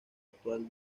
actual